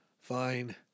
Fine